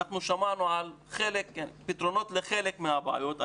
אנחנו שמענו על פתרונות לחלק מהבעיות.